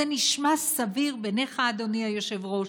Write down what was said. זה נשמע סביר בעיניך, אדוני היושב-ראש?